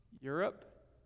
Europe